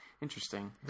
interesting